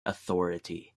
authority